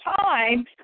time